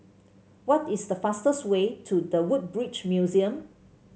what is the fastest way to The Woodbridge Museum